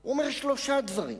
הוא אומר שלושה דברים: